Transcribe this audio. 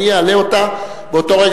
אני אעלה אותה באותו רגע.